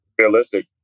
Realistic